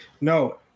No